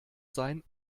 sein